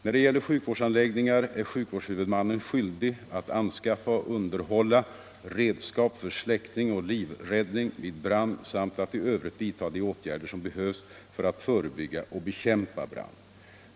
När det gäller sjukvårdsanläggningar är sjukvårdshuvudmannen skyldig att anskaffa och underhålla redskap för släckning och livräddning vid brand samt att i övrigt vidta de åtgärder som behövs för att förebygga och bekämpa brand.